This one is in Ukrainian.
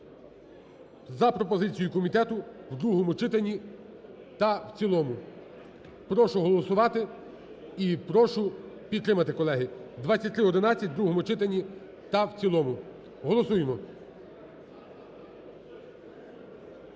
За пропозицією комітету в другому читанні та в цілому. Прошу голосувати і прошу підтримати, колеги, 2311 в другому читанні та в цілому. Голосуємо.